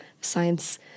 science